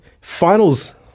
finals